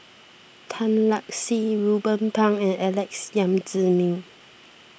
Tan Lark Sye Ruben Pang and Alex Yam Ziming